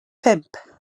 pump